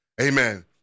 Amen